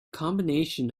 combination